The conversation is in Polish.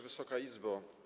Wysoka Izbo!